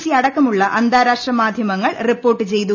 C അടക്കമുള്ള അന്താരാഷ്ട്ര മാധ്യമങ്ങൾ റിപ്പോർട്ട് ചെയ്തു